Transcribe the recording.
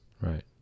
Right